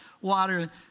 water